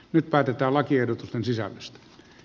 nyt päätetään lakiehdotusten sisällöstä